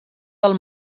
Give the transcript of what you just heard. del